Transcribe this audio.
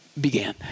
began